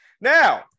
Now